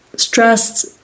stressed